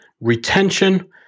retention